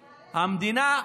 המדינה,